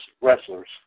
wrestlers